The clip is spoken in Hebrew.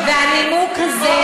והנימוק הזה,